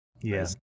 yes